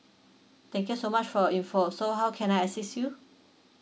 thank you so much for info so how can I assist you